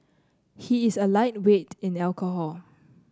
he is a lightweight in alcohol